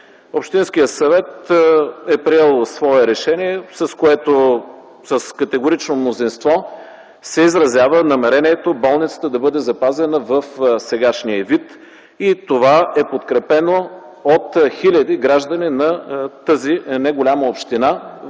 Общинският съвет е приел свое решение, с което с категорично мнозинство се изразява намерението болницата да бъде запазена в сегашния й вид. Това е подкрепено от хиляди граждани на тази неголяма община,